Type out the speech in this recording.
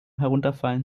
herunterfallen